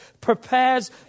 prepares